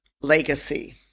legacy